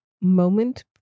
moment